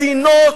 צינוק,